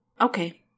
Okay